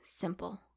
simple